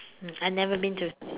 I never been to